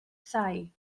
thai